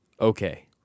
Okay